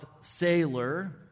sailor